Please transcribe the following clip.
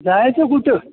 जायचं कुठं